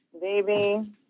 Baby